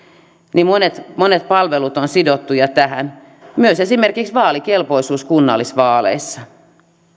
niin monet monet palvelut ovat sidottuja tähän myös esimerkiksi vaalikelpoisuus kunnallisvaaleissa